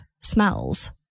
smells